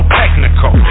technical